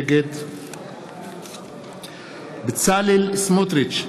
נגד בצלאל סמוטריץ,